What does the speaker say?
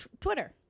Twitter